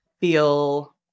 feel